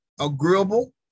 agreeable